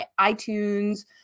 iTunes